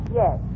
yes